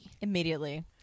immediately